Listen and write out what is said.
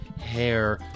hair